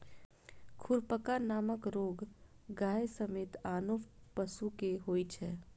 खुरपका नामक रोग गाय समेत आनो पशु कें होइ छै